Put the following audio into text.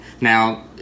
Now